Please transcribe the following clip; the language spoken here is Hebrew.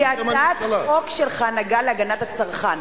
כי הצעת החוק שלך נגעה להגנת הצרכן,